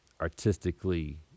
artistically